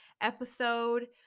episode